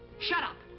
shut up!